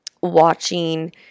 watching